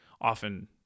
often